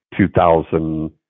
2000